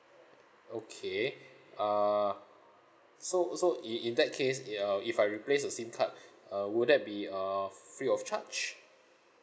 okay uh so so in in that case i~ um if I replace the SIM card uh would that be err free of charge